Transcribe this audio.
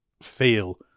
feel